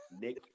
Nick